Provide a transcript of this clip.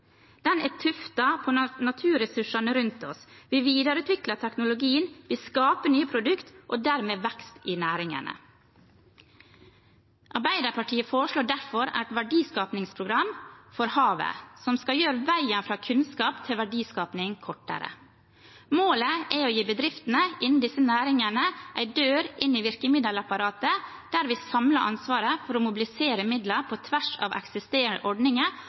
Den er tuftet på naturressursene rundt oss. Vi videreutvikler teknologien, vi skaper nye produkter og dermed vekst i næringene. Arbeiderpartiet foreslår derfor et verdiskapingsprogram for havet, som skal gjøre veien fra kunnskap til verdiskaping kortere. Målet er å gi bedriftene innen disse næringene en dør inn til virkemiddelapparatet, der vi samler ansvaret for å mobilisere midler på tvers av eksisterende ordninger